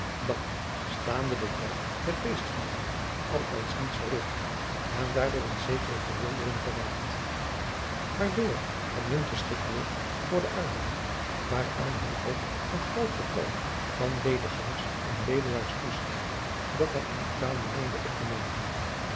dat staande den tijd der feestviering althans niets verrigt en daardoor in zekere verwildering geraakt waardoor het min geschikt wordt voor den arbeid waaraan hij ook het groot getal van lediggangers en bedelaars toeschreef dat hij in italie meende op te merken